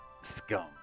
scum